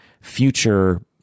future